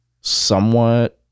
somewhat